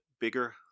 bigger